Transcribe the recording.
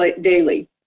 daily